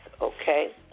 okay